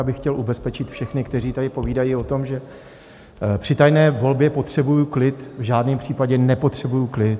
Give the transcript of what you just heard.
Já bych chtěl ubezpečit všechny, kteří tady povídají o tom, že při tajné volbě potřebuji klid: v žádném případě nepotřebuji klid.